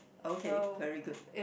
okay very good